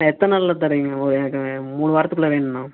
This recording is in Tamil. அண்ணா எத்தனை நாளில் தர்றீங்க ஓ எனக்கு மூணு வரத்துக்குள்ளே வேணுண்ணா